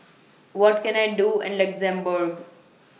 What Can I Do in Luxembourg